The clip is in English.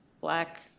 black